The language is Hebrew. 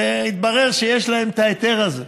והתברר שיש להם את ההיתר הזה.